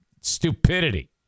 stupidity